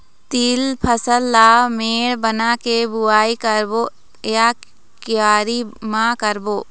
तील फसल ला मेड़ बना के बुआई करबो या क्यारी म करबो?